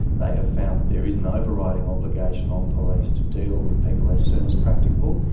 they have found that there is an overriding obligation on police to deal with people as soon as practicable.